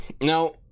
Now